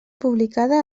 publicada